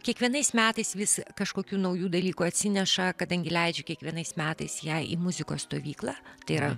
kiekvienais metais vis kažkokių naujų dalykų atsineša kadangi leidžiu kiekvienais metais ją į muzikos stovyklą tai yra